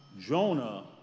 Jonah